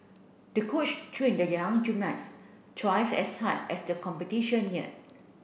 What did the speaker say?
the coach trained the young gymnast twice as hard as the competition neared